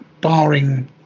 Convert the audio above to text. barring